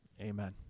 Amen